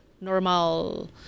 normal